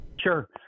Sure